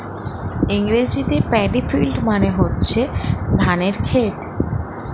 ইংরেজিতে paddy field মানে হচ্ছে ধানের ক্ষেত